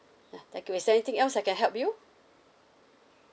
ah thank you is there anything else I can help you